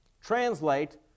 Translate